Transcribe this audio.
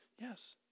Yes